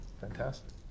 fantastic